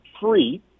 free